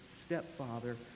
stepfather